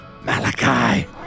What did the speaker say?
Malachi